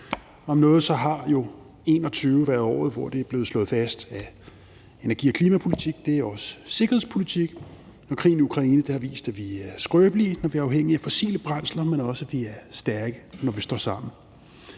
Om noget har 2021 været året, hvor det er blevet slået fast, at energi- og klimapolitik også er sikkerhedspolitik, og krigen i Ukraine har vist, at vi er skrøbelige, når vi er afhængige af fossile brændsler, men også at vi er stærke, når vi står sammen.